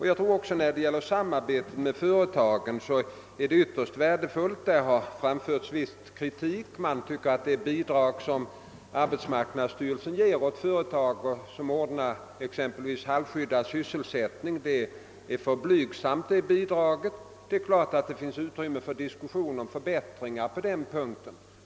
Jag tror också att samarbete med företagen är ytterst värdefullt. Det har framförts viss kritik — man tycker att det bidrag som arbetsmarknadsstyrelsen ger åt företag som ordnar exempelvis halvskyddad sysselsättning är för blygsamt. Det är klart att det finns utrymme för diskussion om förbättringar på den punkten.